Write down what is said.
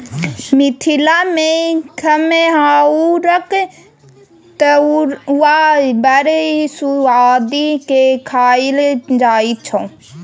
मिथिला मे खमहाउरक तरुआ बड़ सुआदि केँ खाएल जाइ छै